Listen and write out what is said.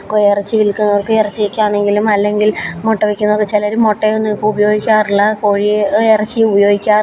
കോഴിയിറച്ചി വിൽക്കുന്നവർക്ക് ഇറച്ചിക്കാണെങ്കിലും അല്ലെങ്കിൽ മൊട്ട വില്ക്കുന്നവർക്ക് ചിലരും മൊട്ട ഒന്നും ഇപ്പോള് ഉപയോഗിക്കാറില്ല കോഴിയിറച്ചി ഉപയോഗിക്കാറില്ല